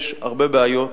יש הרבה בעיות